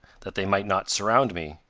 that they might not surround me.